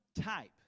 type